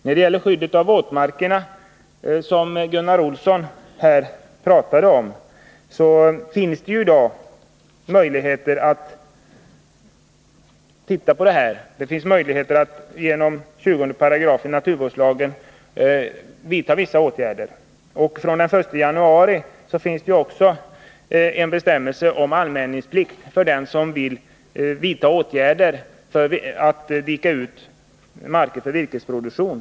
När det gäller skyddet av våtmarkerna, som Gunnar Olsson talade om, finns det i dag möjligheter att enligt 20 § naturvårdslagen vidta vissa åtgärder. Från den 1 januari gäller också en bestämmelse om anmälningsplikt för den som vill vidta åtgärder för utdikning av marker för virkesproduktion.